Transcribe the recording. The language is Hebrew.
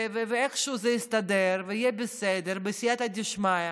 ואיכשהו זה יסתדר, ויהיה בסדר, בסייעתא דשמיא.